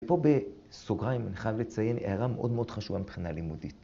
‫ופה בסוגריים אני חייב לציין ‫הערה מאוד מאוד חשובה מבחינה לימודית.